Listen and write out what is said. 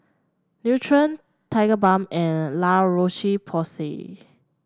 Nutren Tigerbalm and La Roche Porsay